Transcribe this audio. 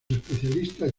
especialistas